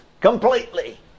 completely